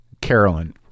Carolyn